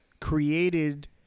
created